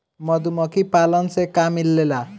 मधुमखी पालन से का मिलेला?